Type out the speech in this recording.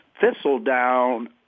Thistledown